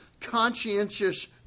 conscientious